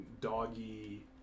doggy